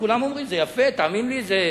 כולם אומרים, זה יפה, תאמין לי, זו